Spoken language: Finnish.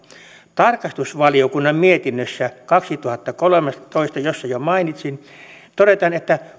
tarkastusvaliokunnan mietinnössä kaksituhattakolmetoista josta jo mainitsin todetaan että